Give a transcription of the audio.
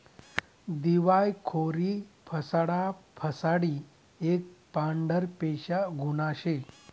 दिवायखोरी फसाडा फसाडी एक पांढरपेशा गुन्हा शे